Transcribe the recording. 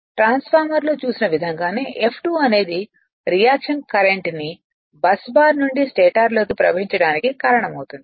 transformer లో చూసిన విధంగానే F2 అనేది రియాక్షన్ కరెంట్ ని బస్ బార్ నుండి స్టేటర్ లోకి ప్రవహించటానికి కారణమవుతుంది